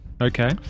Okay